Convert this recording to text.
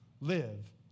live